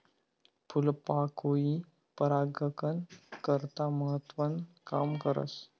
फूलपाकोई परागकन करता महत्वनं काम करस